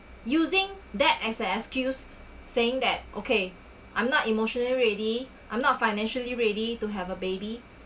using that as an excuse saying that okay I'm not emotionally ready I'm not financially ready to have a baby